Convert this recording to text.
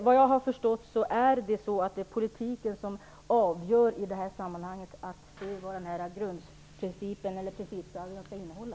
Vad jag har förstått är det politiken som i det här sammanhanget avgör vad grundprincipen/principstadgan skall innehålla.